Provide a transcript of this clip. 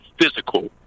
physical